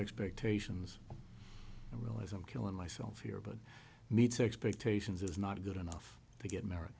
expectations i realize i'm killing myself here but meets expectations is not good enough to get m